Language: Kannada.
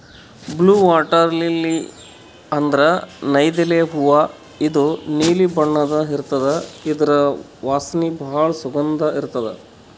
ಬ್ಲೂ ವಾಟರ್ ಲಿಲ್ಲಿ ಅಂದ್ರ ನೈದಿಲೆ ಹೂವಾ ಇದು ನೀಲಿ ಬಣ್ಣದ್ ಇರ್ತದ್ ಇದ್ರ್ ವಾಸನಿ ಭಾಳ್ ಸುಗಂಧ್ ಇರ್ತದ್